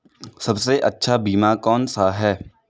सबसे अच्छा बीमा कौनसा है?